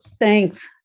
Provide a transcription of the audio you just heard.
Thanks